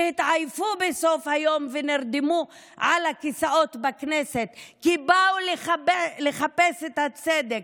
שהתעייפו בסוף היום ונרדמו על הכיסאות בכנסת כי באו לחפש את הצדק,